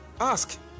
Ask